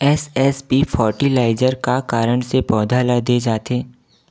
SSP fertiliser का कारण से पौधा ल दे जाथे?